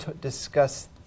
discuss